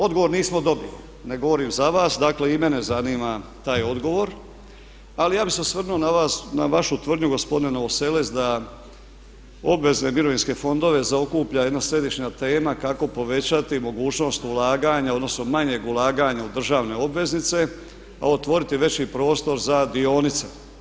Odgovor nismo dobili, ne govorim za vas, dakle i mene zanima taj odgovor ali ja bih se osvrnuo na vas, na vašu tvrdnju gospodine Novoselec da obvezne mirovinske fondove zaokuplja jedna središnja tema kako povećati mogućnost ulaganja odnosno manjeg ulaganja u državne obveznice a otvoriti veći prostor za dionice.